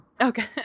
Okay